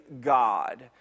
God